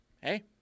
hey